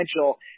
potential